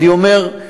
אני אומר,